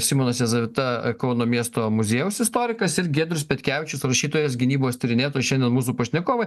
simono jazavita kauno miesto muziejaus istorikas ir giedrius petkevičius rašytojas gynybos tyrinėtojas šiandien mūsų pašnekovai